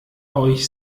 euch